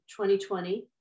2020